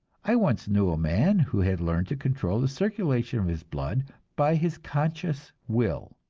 i once knew a man who had learned to control the circulation of his blood by his conscious will.